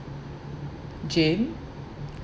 jane